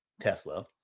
Tesla